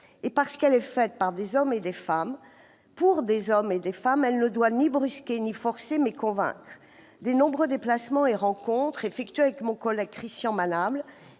Parce qu'elle est faite par des hommes et des femmes, pour des hommes et des femmes, elle ne doit ni brusquer ni forcer, mais convaincre. Comme le montrent les nombreux déplacements et rencontres que j'ai effectués avec mon collègue Christian Manable